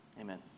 Amen